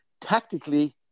tactically